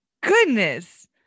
goodness